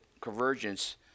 convergence